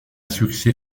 succès